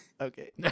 okay